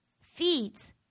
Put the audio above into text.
feeds